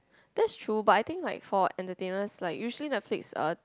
that's true but I think like for entertainment like usually Netflix uh